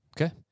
Okay